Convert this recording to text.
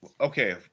okay